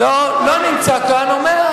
לא נמצא כאן ואומר,